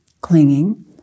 Clinging